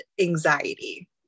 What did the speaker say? anxiety